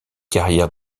carrière